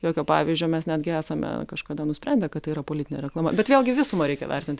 jokio pavyzdžio mes netgi esame kažkada nusprendę kad tai yra politinė reklama bet vėlgi visumą reikia vertinti